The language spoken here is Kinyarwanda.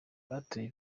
batoye